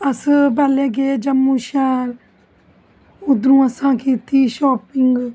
अस पैहलें गे जम्मू शहर उद्धरूं असें कीती शापिंग